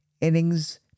innings